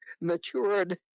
matured